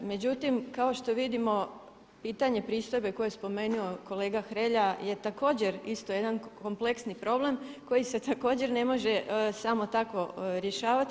Međutim, kao što vidimo pitanje pristojbe koju je spomenu kolega Hrelja je također isto jedan kompleksni problem koji se također ne može samo tako rješavati.